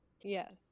Yes